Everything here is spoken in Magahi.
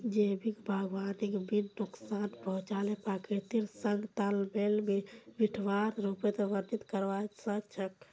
जैविक बागवानीक बिना नुकसान पहुंचाल प्रकृतिर संग तालमेल बिठव्वार रूपत वर्णित करवा स ख छ